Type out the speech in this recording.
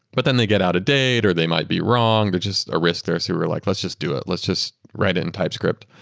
but then they get out of date, or they might be wrong, which is a risk there, so we were like, let's just do it. let's just write it in typescript.